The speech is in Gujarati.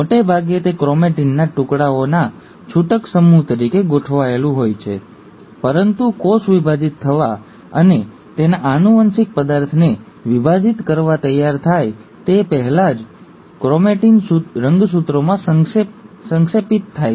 મોટે ભાગે તે ક્રોમેટિનના ટુકડાઓના છૂટક સમૂહ તરીકે ગોઠવાયેલું હોય છે પરંતુ કોષ વિભાજિત થવા અને તેના આનુવંશિક પદાર્થને વિભાજિત કરવા તૈયાર થાય તે પહેલાં જ ક્રોમેટિન રંગસૂત્રોમાં સંક્ષેપિત થાય છે